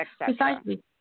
Precisely